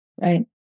Right